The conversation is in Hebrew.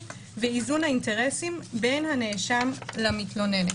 ואיזון האינטרסים בין הנאשם למתלוננת.